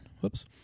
Whoops